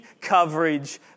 coverage